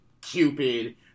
Cupid—